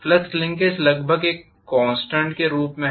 flux linkage लगभग एक constant के रूप में है